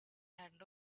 had